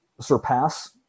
surpass